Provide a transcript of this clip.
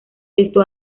esto